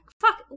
fuck